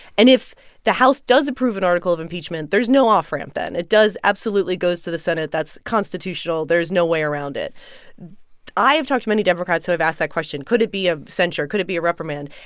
and if the house does approve an article of impeachment, there's no off-ramp then. it does absolutely go to the senate. that's constitutional. there's no way around it i have talked to many democrats who have asked that question, could it be a censure, could it be a reprimand?